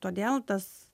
todėl tas